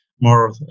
more